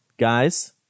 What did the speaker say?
guys